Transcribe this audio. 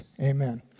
Amen